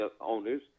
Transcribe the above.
owners